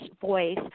voice